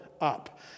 up